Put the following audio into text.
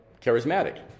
charismatic